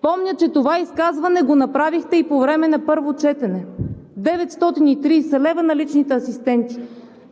Помня, че това изказване го направихте и по време на първо четене – 930 лв. на личните асистенти.